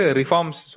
reforms